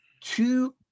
two